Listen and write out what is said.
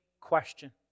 question